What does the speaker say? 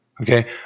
Okay